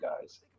guys